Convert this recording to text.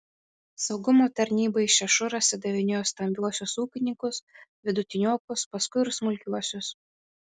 saugumo tarnybai šešuras įdavinėjo stambiuosius ūkininkus vidutiniokus paskui ir smulkiuosius